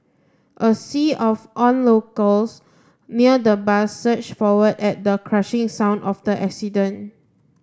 a sea of onlookers near the bus surged forward at the crushing sound of the accident